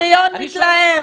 בינתיים,